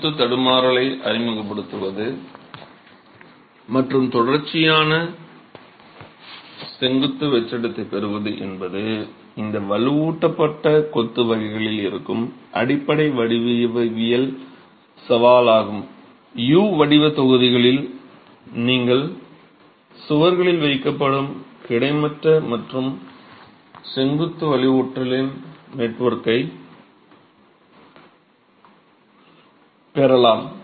செங்குத்து தடுமாறலை அறிமுகப்படுத்துவது மற்றும் தொடர்ச்சியான செங்குத்து வெற்றிடத்தைப் பெறுவது என்பது இந்த வலுவூட்டப்பட்ட கொத்து வகைகளில் இருக்கும் அடிப்படை வடிவவியல் சவாலாகும் U வடிவ தொகுதிகள் நீங்கள் சுவர்களில் வைக்கப்படும் கிடைமட்ட மற்றும் செங்குத்து வலுவூட்டலின் நெட்வொர்க்கைப் பெறலாம்